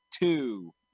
two